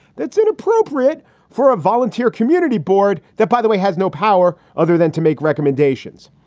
that's an appropriate for a volunteer community board that, by the way, has no power other than to make recommendations.